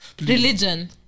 religion